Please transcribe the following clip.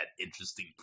interesting